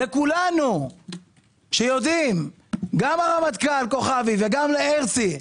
גם הרמטכ"ל לשעבר כוכבי וגם הרצי,